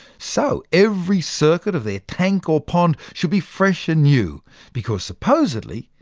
so every circuit of their tank or pond should be fresh and new because supposedly,